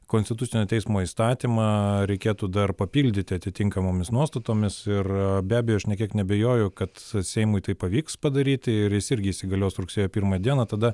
konstitucinio teismo įstatymą reikėtų dar papildyti atitinkamomis nuostatomis ir be abejo aš nė kiek neabejoju kad seimui tai pavyks padaryti ir jis irgi įsigalios rugsėjo pirmą dieną tada